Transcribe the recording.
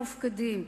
מופקדים,